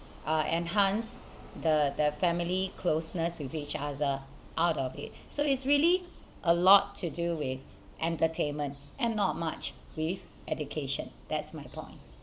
uh enhance the family closeness with each other out of it so it's really a lot to do with entertainment and not much with education that's my point